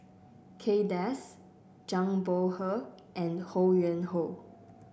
Kay Das Zhang Bohe and Ho Yuen Hoe